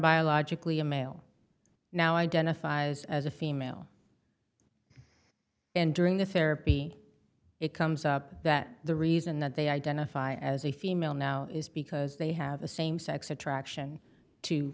biologically a male now identifies as a female and during the therapy it comes up that the reason that they identify as a female now is because they have a same sex attraction to